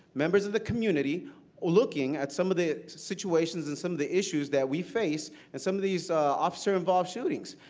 members of the community looking at some of the situations and some of the issues that we face and some of these officer-involved shootings.